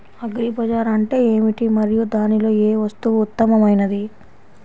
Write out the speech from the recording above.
Agri bazaar అంటే ఏమిటి మరియు దానిలో ఏ వస్తువు ఉత్తమమైనది?